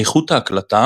איכות ההקלטה